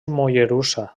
mollerussa